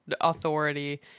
authority